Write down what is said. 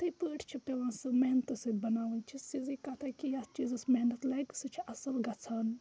یِتھے پٲٹھۍ چھِ پٮ۪وان سُہ محنتہٕ سۭتۍ بَناوٕنۍ چھِ سیٚزٕے کَتھا کہِ یَتھ چیٖزَس محنت لَگہِ سُہ چھُ اَصٕل گژھان